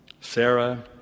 Sarah